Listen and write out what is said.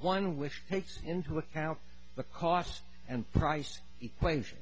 one wish takes into account the cost and price equation